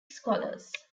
scholars